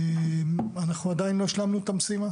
ועדין לא השלמנו את המשימה.